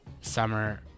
summer